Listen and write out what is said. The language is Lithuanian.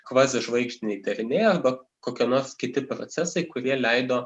kvazižvaigždiniai dariniai arba kokie nors kiti procesai kurie leido